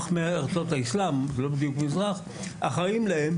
חכמי ארצות האסלאם אחראיים להם,